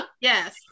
yes